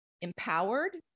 empowered